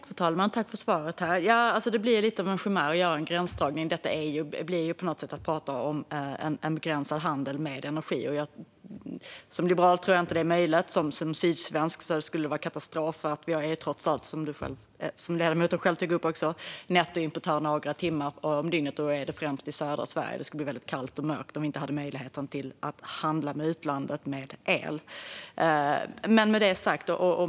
Fru talman! Jag tackar ledamoten för svaret. Det blir lite av en chimär att göra en gränsdragning. Detta blir på något sätt att prata om en begränsad handel med energi. Som liberal tror jag inte att det är möjligt. Som sydsvensk anser jag att det skulle vara katastrof - som ledamoten själv tog upp är vi nettoimportör några timmar om dygnet, och detta gäller främst i södra Sverige. Det skulle bli väldigt kallt och mörkt om vi inte hade möjlighet att handla med el med utlandet.